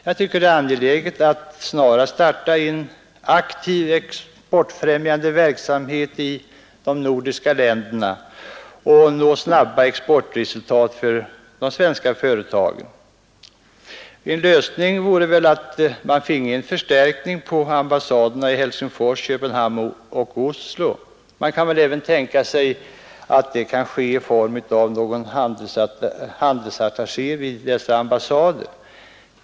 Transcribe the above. Jag tycker att det är angeläget att snarast starta en aktiv exportfrämjande verksamhet i de nordiska länderna för att nå snabba exportresultat för de svenska företagen. En lösning vore väl att man finge en förstärkning på våra ambassader i Helsingfors, Köpenhamn och Oslo. Man kan väl även tänka sig att det kan ske i form av någon handelsattaché vid dessa ambassader.